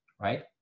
right